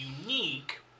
unique